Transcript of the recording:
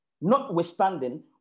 Notwithstanding